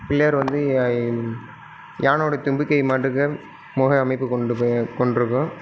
பிள்ளையார் வந்து யா யானைனோட தும்பிக்கை மாட்டுக்கே முக அமைப்பு கொண்டு போய் கொண்ட்டிருக்கும்